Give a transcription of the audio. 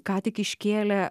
ką tik iškėlė